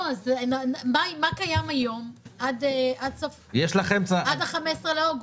לא, אז מה קיים היום, עד ה-15 באוגוסט?